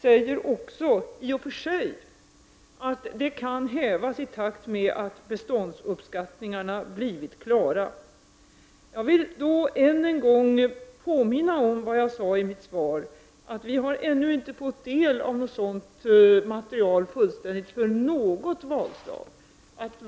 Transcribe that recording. sägs det i och för sig också att det kan hävas i takt med att beståndsuppskattningarna har blivit klara. Jag vill än en gång påminna om vad jag sade i mitt svar, nämligen att vi ännu inte beträffande något valslag har kunnat ta del av ett fullständigt material.